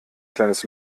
kleines